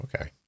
okay